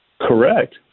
Correct